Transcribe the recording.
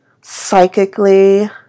psychically